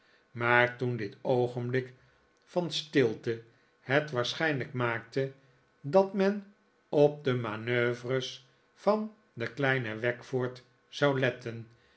maar toen dit oogenblik van stilte het waarschijnlijk maakte dat men op de manoeuvres van den kleinen wackford zou letten